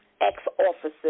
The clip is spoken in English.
ex-officers